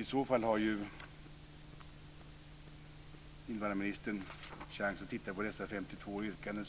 I så fall har ju invandrarministern chans att titta på Vänsterpartiets 52 yrkanden.